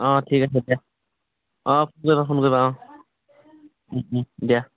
অ' ঠিক আছে দিয়া অ' ফোন কৰিবা ফোন কৰিবা অ' দিয়া